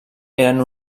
eren